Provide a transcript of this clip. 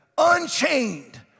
unchained